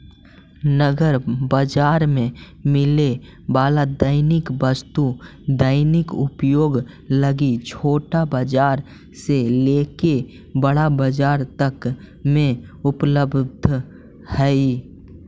नगर बाजार में मिले वाला दैनिक वस्तु दैनिक उपयोग लगी छोटा बाजार से लेके बड़ा बाजार तक में उपलब्ध हई